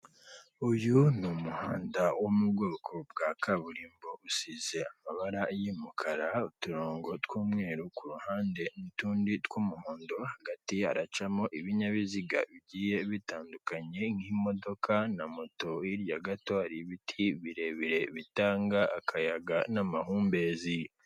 Uyu ni umuhanda wo mu bwoko bwa kaburimbo usize amabara y'umukara uturongo tw'umweru ku ruhande n'tundi tw'umuhondo, hagati aracamo ibinyabiziga bigiye bitandukanye nk'imodoka na moto, hirya gato hari ibiti birebire bitanga akayaga n'amahumbezi.